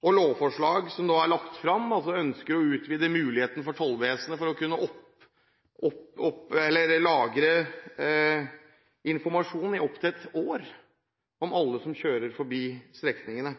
og i lovforslag som nå er lagt fram, ønsker man å utvide muligheten for Tollvesenet til å lagre informasjon i opptil ett år om alle som kjører langs strekningene.